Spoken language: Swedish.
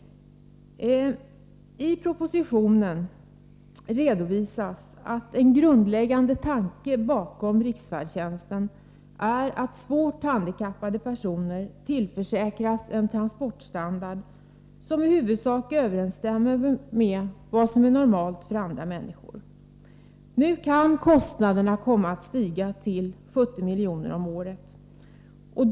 I propositionen redovisas att en grundläggande tanke bakom riksfärdtjänsten är att svårt handikappade personer tillförsäkras en transportstandard som i huvudsak överensstämmer med vad som är normalt för andra människor. Nu kan kostnaderna komma att stiga till 70 milj.kr. om året.